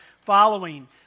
following